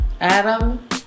Adam